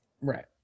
Right